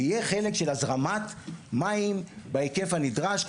ויהיה חלק של הזרמת מים בהיקף הנדרש,